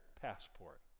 passport